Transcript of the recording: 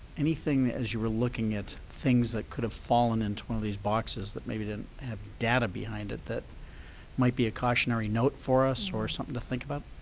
anything as you were looking at things that could have fallen into one of these boxes, that maybe didn't have data behind it, that might be a cautionary note for us or something to think about?